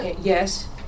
Yes